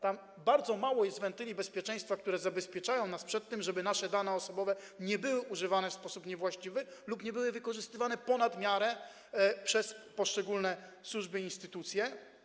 Tam jest bardzo mało wentyli bezpieczeństwa, które zabezpieczają nas przed tym, żeby nasze dane osobowe nie były używane w sposób niewłaściwy lub nie były wykorzystywane ponad miarę przez poszczególne służby i instytucje.